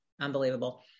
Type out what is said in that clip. unbelievable